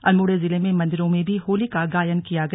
अल्मोड़ा जिले में मन्दिरों में भी होली गायन किया गया